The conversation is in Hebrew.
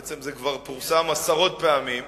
בעצם זה כבר פורסם עשרות פעמים.